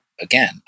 again